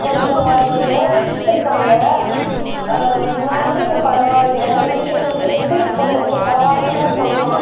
கொஞ்சம் லோ தான் எடுத்திருக்காங்க முன்னாடிக்கு இப்போ பரவாயில்ல ரிவிஷன் வைச்சதுக்கு இப்போது கொஞ்சம் பரவாயில்லன்றது சொல்லலாம்